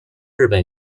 日本